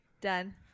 Done